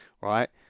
right